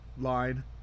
line